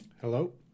Hello